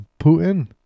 Putin